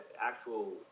actual